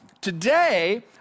today